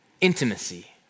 intimacy